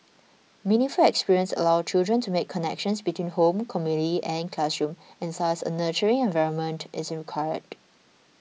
meaningful experiences allow children to make connections between home community and classroom and thus a nurturing environment is required